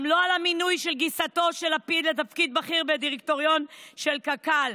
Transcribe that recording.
גם לא על המינוי של גיסתו של לפיד לתפקיד בכיר בדירקטוריון של קק"ל.